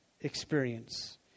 experience